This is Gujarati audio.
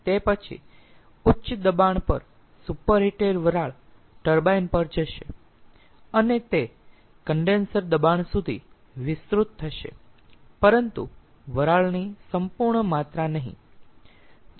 તે પછી ઉચ્ચ દબાણ પર સુપરહીટેડ વરાળ ટર્બાઇન પર જશે અને તે કન્ડેન્સર દબાણ સુધી વિસ્તૃત થશે પરંતુ વરાળની સંપૂર્ણ માત્રા નહીં